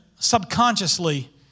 subconsciously